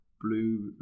Blue